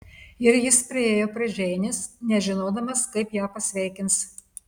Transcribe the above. ir jis priėjo prie džeinės nežinodamas kaip ją pasveikins